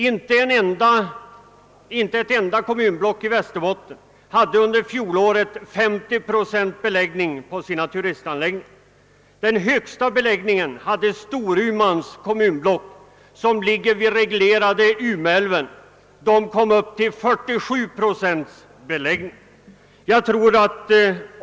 Inte ett enda kommunblock i Västerbotten kom under fjolåret upp till en 50-procentig beläggning på sina turistanläggningar. Den största beläggningen uppvisade Storumans kommunblock, som ligger vid den reglerade Umeälven. Där hade man 47 procent beläggning på sina turistanläggningar.